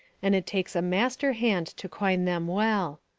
and it takes a master hand to coin them well.